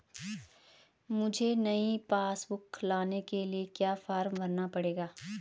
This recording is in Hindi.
मुझे नयी पासबुक बुक लेने के लिए क्या फार्म भरना पड़ेगा?